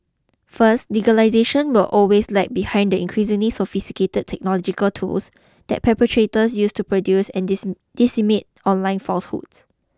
first legislation will always lag behind the increasingly sophisticated technological tools that perpetrators use to produce and disseminate online falsehoods